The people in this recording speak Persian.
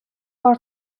بار